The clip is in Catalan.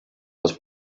les